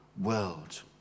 world